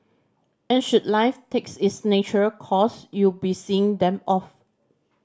and should life takes its nature course you'll be seeing them off